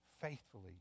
faithfully